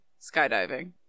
skydiving